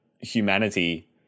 humanity